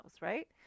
right